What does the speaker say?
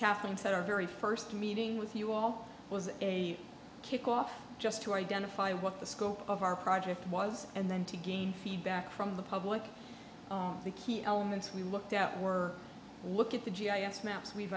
our very first meeting with you all was a kickoff just to identify what the scope of our project was and then to gain feedback from the public the key elements we looked at were look at the g i s maps we've